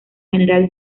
general